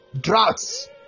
droughts